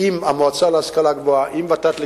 עם המועצה להשכלה גבוהה ועם ות"ת על